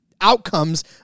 outcomes